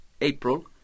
April